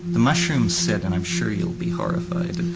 the mushrooms said, and i'm sure you'll be horrified